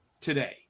today